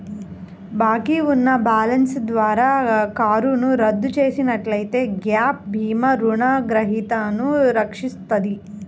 బాకీ ఉన్న బ్యాలెన్స్ ద్వారా కారును రద్దు చేసినట్లయితే గ్యాప్ భీమా రుణగ్రహీతను రక్షిస్తది